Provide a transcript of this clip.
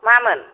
मामोन